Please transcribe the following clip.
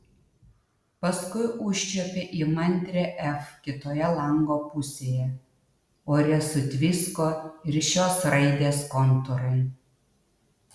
paskui užčiuopė įmantrią f kitoje lango pusėje ore sutvisko ir šios raidės kontūrai